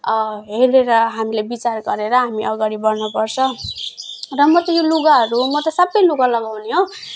हेरेर हामीले बिचार गरेर हामी अगाडि बढ्न पर्छ र म त यो लुगाहरू म त सबै लुगा लगाउने हो